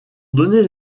donner